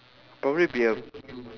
probably be a